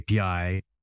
API